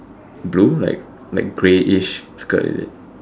blue like like greyish skirt is it